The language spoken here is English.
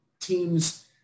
teams